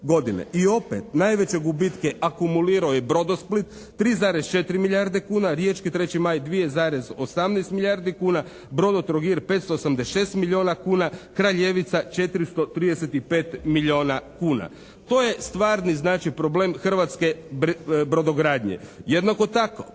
I opet, najveće gubitke akumulirao je “Brodosplit“ 3,4 milijarde kuna, riječki “3. maj“ 2,18 milijardi kuna, “Brodo Trogir“ 586 milijuna kuna, “Kraljevica“ 435 milijuna kuna. To je stvarni znači problem Hrvatske brodogradnje. Jednako tako